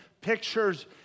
pictures